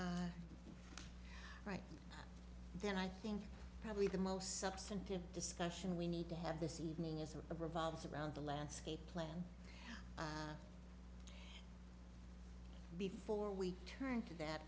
well right then i think probably the most substantive discussion we need to have this evening is a revolves around the landscape plan before we turn to that